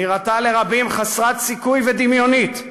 נראתה לרבים חסרת סיכוי ודמיונית.